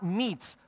meets